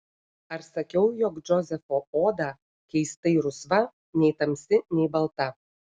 ar sakiau jog džozefo oda keistai rusva nei tamsi nei balta